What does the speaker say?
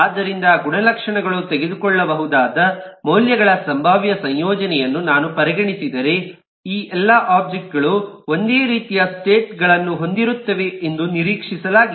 ಆದ್ದರಿಂದ ಗುಣಲಕ್ಷಣಗಳು ತೆಗೆದುಕೊಳ್ಳಬಹುದಾದ ಮೌಲ್ಯಗಳ ಸಂಭಾವ್ಯ ಸಂಯೋಜನೆಯನ್ನು ನಾನು ಪರಿಗಣಿಸಿದರೆ ಈ ಎಲ್ಲಾ ಒಬ್ಜೆಕ್ಟ್ ಗಳು ಒಂದೇ ರೀತಿಯ ಸ್ಟೇಟ್ ಗಳನ್ನು ಹೊಂದಿರುತ್ತವೆ ಎಂದು ನಿರೀಕ್ಷಿಸಲಾಗಿದೆ